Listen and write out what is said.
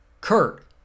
Kurt